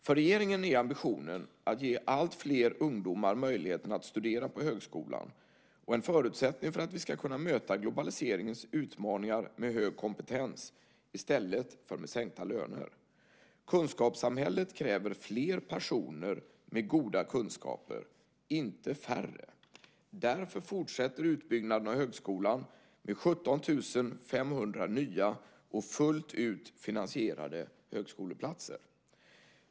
För regeringen är ambitionen att ge alltfler ungdomar möjligheten att studera på högskolan en förutsättning för att vi ska kunna möta globaliseringens utmaningar med hög kompetens i stället för med sänkta löner. Kunskapssamhället kräver fler personer med goda kunskaper, inte färre. Därför fortsätter utbyggnaden av högskolan med 17 500 nya och fullt ut finansierade högskoleplatser.